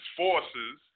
forces